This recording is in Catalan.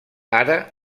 ara